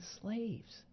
slaves